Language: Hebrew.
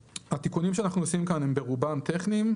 התיקונים שאנחנו עושים כאן הם ברובם טכניים,